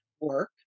work